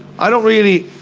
i don't really,